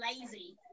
lazy